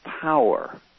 power